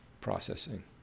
processing